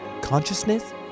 consciousness